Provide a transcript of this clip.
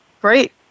Great